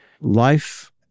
life